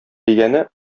дигәне